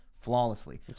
flawlessly